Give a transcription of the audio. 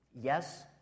Yes